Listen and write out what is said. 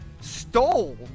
stole